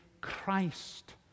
Christ